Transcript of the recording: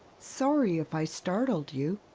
sorry if i startled you.